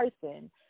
person